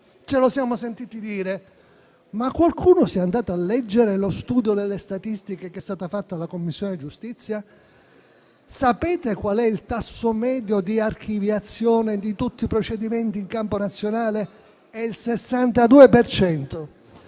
Lo abbiamo sentito dire, ma qualcuno è andato a leggere lo studio delle statistiche che è stato fatto dalla Commissione giustizia? Sapete qual è il tasso medio di archiviazione di tutti i procedimenti in campo nazionale? Il 62